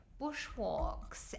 bushwalks